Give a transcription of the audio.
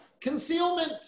concealment